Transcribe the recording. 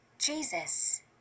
Jesus